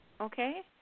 Okay